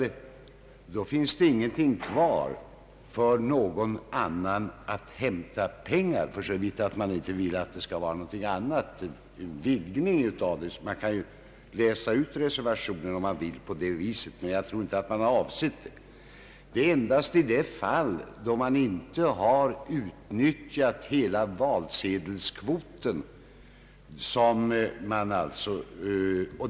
Därigenom finns det inga pengar kvar att hämta för någon annan, såvitt riksdagen inte vill att det skall bli en vidgning av denna möjlighet. Så kan man läsa ut innehållet i reservationen, men jag tror inte att reservanterna har avsett detta. De avser nog endast de fall då man inte har utnyttjat hela valsedelskvoten.